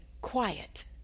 Quiet